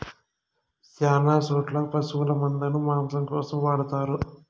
శ్యాన చోట్ల పశుల మందను మాంసం కోసం వాడతారు